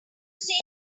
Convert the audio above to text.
see